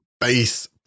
base